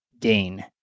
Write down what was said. gain